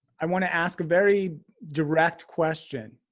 i want to ask a very direct question.